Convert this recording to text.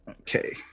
Okay